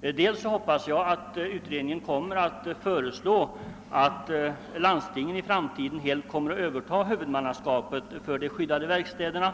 För det första hoppas jag att den kommer att föreslå att landstingen i framtiden helt skall överta huvudmannaskapet för de skyddade verkstäderna.